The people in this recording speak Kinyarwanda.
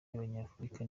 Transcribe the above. abanyafurika